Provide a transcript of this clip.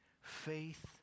faith